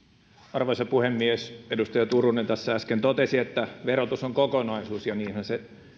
arvoisa puhemies edustaja turunen äsken totesi että verotus on kokonaisuus ja niinhän se